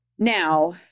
Now